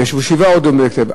וישבו שבעה עוד יום, בהתאם.